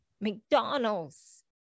McDonald's